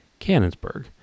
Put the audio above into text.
Cannonsburg